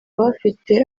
bafite